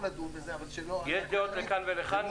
יש דעות לכאן ולכאן.